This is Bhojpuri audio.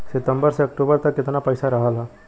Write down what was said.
सितंबर से अक्टूबर तक कितना पैसा रहल ह?